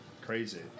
Crazy